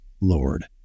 lord